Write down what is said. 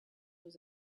was